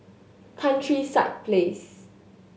Countryside Place